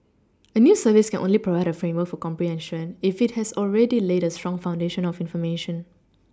a news service can only provide a framework for comprehension if it has already laid a strong foundation of information